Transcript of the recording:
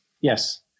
Yes